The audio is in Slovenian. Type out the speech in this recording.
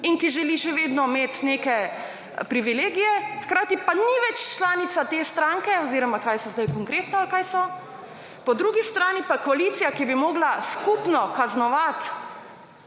in ki želi še vedno imet neke privilegije, hkrati pa ni več članica te stranke oziroma kaj so zdaj konkretno ali kaj so, po drugi strani pa koalicija, ki bi mogla skupno kaznovat